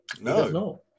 no